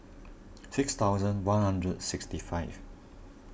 six thousand one hundred sixty five